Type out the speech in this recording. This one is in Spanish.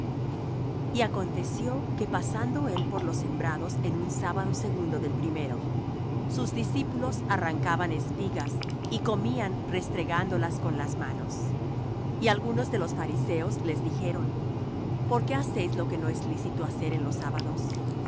y acontecio que pasando él por los sembrados en un sábado segundo del primero sus discípulos arrancaban espigas y comían restregándolas con las manos y algunos de los fariseos les dijeron por qué hacéis lo que no es lícito hacer en los sábados